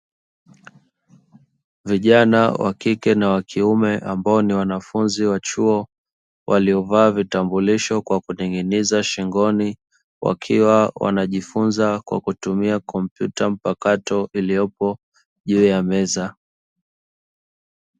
Vijana wa kike na wa kiume ambao ni wanafunzi wa chuo, waliovaa vitambulisho kwa kuning'iniza shingoni wakiwa wanajifunza kwa kutumia kompyuta mpakato iliyopo juu ya meza.